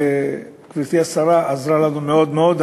וגברתי השרה עזרה לנו מאוד מאוד.